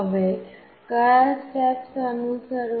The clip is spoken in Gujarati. હવે કયા સ્ટેપ્સ અનુસરવા